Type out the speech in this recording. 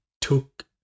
took